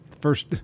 first